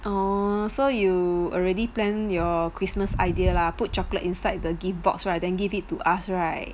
oh so you already plan your christmas idea lah put chocolate inside the gift box right then give it to us right